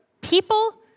people